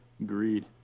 Agreed